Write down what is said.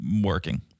working